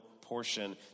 portion